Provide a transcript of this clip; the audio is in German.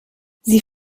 sie